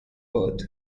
birth